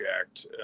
Act